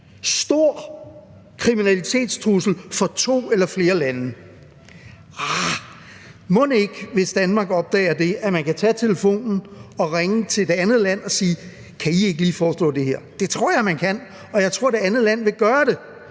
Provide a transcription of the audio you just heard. Stor kriminalitetstrussel for to eller flere lande? Arh! Mon ikke, hvis Danmark opdager det, at man kan tage telefonen og ringe til det andet land og sige: Kan I ikke lige forestå det her? Det tror jeg man kan, og jeg tror, at det andet land vil gøre det,